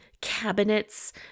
cabinets